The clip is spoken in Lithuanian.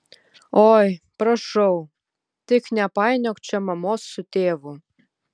oi prašau tik nepainiok čia mamos su tėvu